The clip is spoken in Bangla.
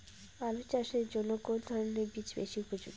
আলু চাষের জন্য কোন ধরণের বীজ বেশি উপযোগী?